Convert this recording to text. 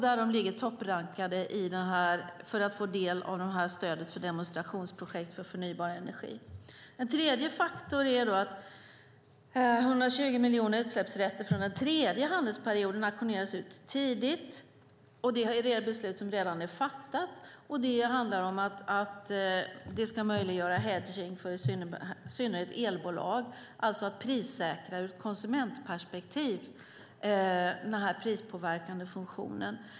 Där ligger de topprankande för att få del av stödet för demonstrationsprojekt för förnybar energi. En tredje faktor är att 120 miljoner utsläppsrätter från den tredje handelsperioden auktioneras ut tidigt. Det är ett beslut som redan är fattat. Det handlar om att det ska möjliggöra hedging för i synnerhet elbolag, det vill säga att prissäkra den prispåverkande funktionen ur ett konsumentperspektiv.